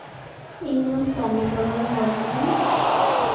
ᱤᱧ ᱫᱚ ᱥᱟᱨᱱᱟ ᱫᱷᱚᱨᱚᱢ ᱨᱮᱱ ᱦᱚᱲ ᱠᱟᱹᱱᱟᱹᱧ